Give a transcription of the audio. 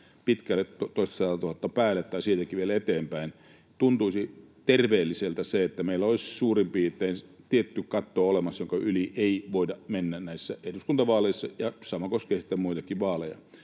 päälle toiseensataan tuhanteen tai siitäkin vielä eteenpäin — tuntuisi terveelliseltä, että meillä olisi suurin piirtein tietty katto olemassa, jonka yli ei voida mennä eduskuntavaaleissa, ja että sama koskisi sitten muitakin vaaleja.